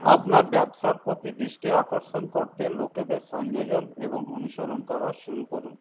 আপনার ব্যবসার প্রতি দৃষ্টি আকর্ষণ করতে লোকেদের সংযোজন এবং অনুসরণ করা শুরু করুন